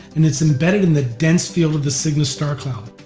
and it's embedded in the dense field of the cygnus star cloud.